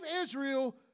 Israel